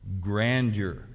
grandeur